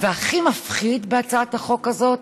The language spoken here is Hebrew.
והכי מפחיד בהצעת החוק הזאת